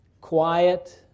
quiet